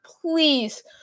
Please